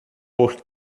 por